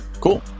cool